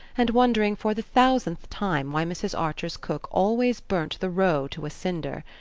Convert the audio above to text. and wondering for the thousandth time why mrs. archer's cook always burnt the roe to a cinder.